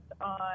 on